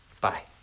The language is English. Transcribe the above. Bye